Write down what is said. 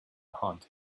haunted